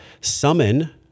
summon